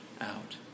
out